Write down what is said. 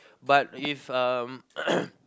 but if um